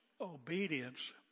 obedience